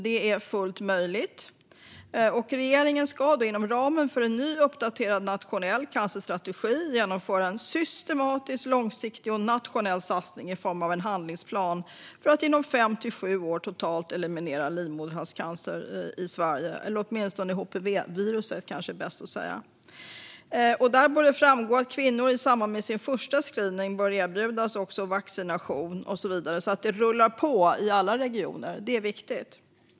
Det är fullt möjligt, och regeringen ska inom ramen för en ny uppdaterad nationell cancerstrategi genomföra en systematisk, långsiktig och nationell satsning i form av en handlingsplan för att inom fem till sju år totalt eliminera livmoderhalscancer - eller åtminstone HPV, kanske det är bäst att säga. Där bör det framgå att kvinnor i samband med sin första screening bör erbjudas vaccination och så vidare, så att det rullar på i alla regioner. Det är viktigt. Fru talman!